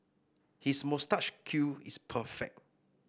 his moustache curl is perfect